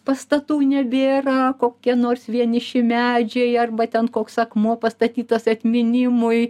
pastatų nebėra kokie nors vieniši medžiai arba ten koks akmuo pastatytas atminimui